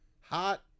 hot